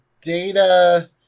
Data